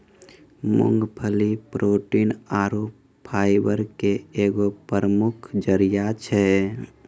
मूंगफली प्रोटीन आरु फाइबर के एगो प्रमुख जरिया छै